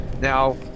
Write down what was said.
Now